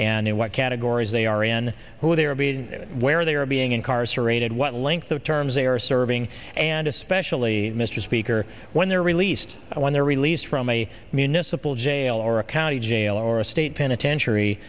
aliens and what categories they are in who they will be to where they are being incarcerated what length of terms they are serving and especially mr speaker when they're released when they're released from a municipal jail or a county jail or a state penitentiary